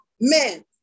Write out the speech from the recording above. Men